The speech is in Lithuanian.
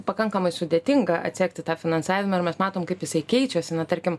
pakankamai sudėtinga atsekti tą finansavimą ir mes matom kaip jisai keičiasi na tarkim